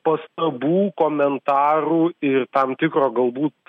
pastabų komentarų ir tam tikro galbūt